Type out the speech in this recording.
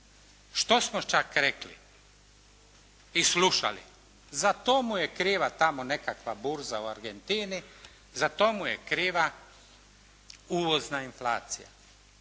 Što smo čak rekli i slušali? Za to mu je kriva tamo nekakva burza u Argentini, za to mu je kriva uvozna inflacija.